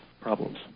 problems